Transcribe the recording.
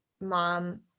mom